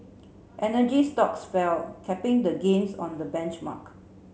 energy stocks fell capping the gains on the benchmark